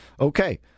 Okay